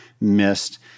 missed